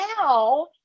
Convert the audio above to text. now